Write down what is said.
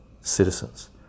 citizens